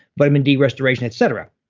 vitamin d restoration etc.